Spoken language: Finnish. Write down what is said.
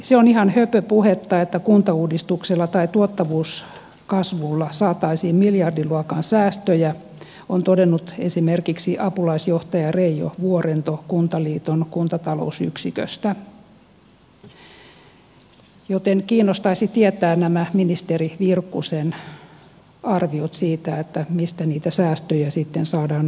se on ihan höpöpuhetta että kuntauudistuksella tai tuottavuuskasvulla saataisiin miljardiluokan säästöjä on todennut esimerkiksi apulaisjohtaja reijo vuorento kuntaliiton kuntatalousyksiköstä joten kiinnostaisi tietää nämä ministeri virkkusen arviot siitä mistä niitä säästöjä sitten saadaan aikaiseksi